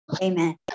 Amen